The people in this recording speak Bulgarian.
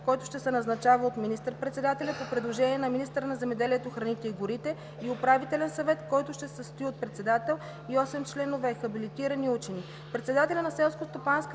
който ще се назначава от министър-председателя по предложение на министъра на земеделието, храните и горите, и управителен съвет, който ще се състои от председател и 8 членове – хабилитирани учени.